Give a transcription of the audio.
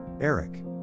Eric